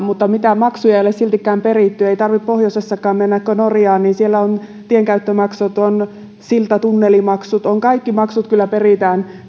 mutta mitään maksuja ei ole siltikään peritty ei tarvitse pohjoisessakaan mennä kuin norjaan siellä on tienkäyttömaksut on silta ja tunnelimaksut kaikki maksut kyllä peritään